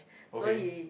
okay